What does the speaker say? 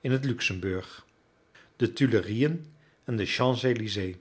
in het luxemburg de tuileriën en de